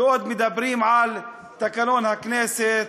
ועוד מדברים על תקנון הכנסת,